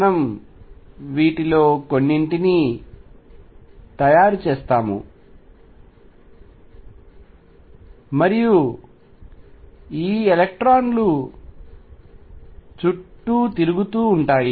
మనం వీటిలో కొన్నింటిని తయారుచేస్తాము మరియు ఈ ఎలక్ట్రాన్లు చుట్టూ తిరుగుతూ ఉంటాయి